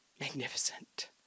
Magnificent